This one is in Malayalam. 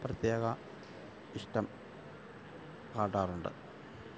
പ്രത്യേക ഇഷ്ടം കാട്ടാറുണ്ട്